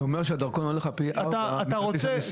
זה אומר שהדרכון עולה לך פי ארבעה מכרטיס הנסיעה.